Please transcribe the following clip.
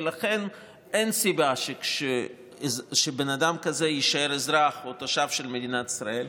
ולכן אין סיבה שבן אדם כזה יישאר אזרח של מדינת ישראל,